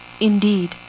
indeed